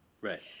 Right